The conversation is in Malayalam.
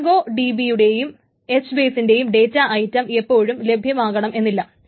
മോൻഗോ DB യുടേയും H ബേസിന്റെയും ഡേറ്റാ ഐറ്റം എപ്പോഴും ലഭ്യമാകണമെന്നില്ല